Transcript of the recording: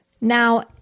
Now